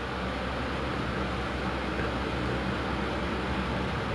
it's true it's like I I know a lot of people yang macam